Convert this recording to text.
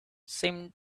seemed